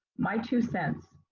my two cents,